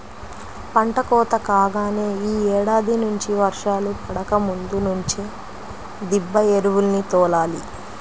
పంట కోత కాగానే యీ ఏడాది నుంచి వర్షాలు పడకముందు నుంచే దిబ్బ ఎరువుల్ని తోలాలి